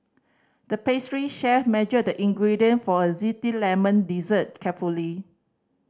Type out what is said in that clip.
the pastry chef measured the ingredients for a lemon dessert carefully